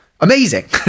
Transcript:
amazing